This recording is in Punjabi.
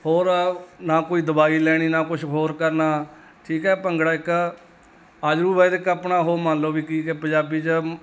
ਹੋਰ ਨਾ ਕੋਈ ਦਵਾਈ ਲੈਣੀ ਨਾ ਕੁਛ ਹੋਰ ਕਰਨਾ ਠੀਕ ਹੈ ਭੰਗੜਾ ਇੱਕ ਆਯੁਰਵੈਦਿਕ ਆਪਣਾ ਉਹ ਮੰਨ ਲਓ ਵੀ ਕੀ ਕੇ ਪੰਜਾਬੀ 'ਚ